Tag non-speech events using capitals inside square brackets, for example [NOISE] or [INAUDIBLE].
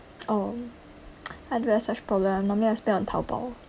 oh [NOISE] I do have such problem normally I spend on Taobao